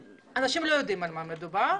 אנשים לא יודעים על מה מדובר,